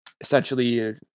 essentially